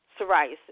psoriasis